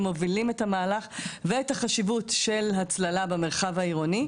מובלים את המהלך ואת החשיבות של הצללה במרחב העירוני,